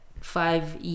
five